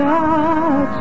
God